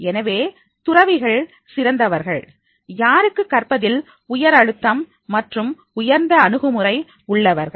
எனவே துறவிகள் சிறந்தவர்கள் யாருக்கு கற்பதில் உயர் அழுத்தம் மற்றும் உயர்ந்த அணுகுமுறை உள்ளவர்கள்